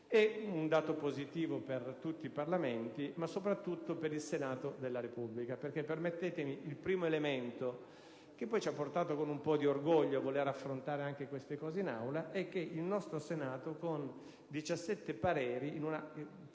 un dato positivo per tutti i Parlamenti, ma soprattutto per il Senato della Repubblica, perché, permettetemi, il primo elemento che poi ci ha portato con un po' di orgoglio a voler affrontare questi argomenti anche in Aula è che con 17 pareri il nostro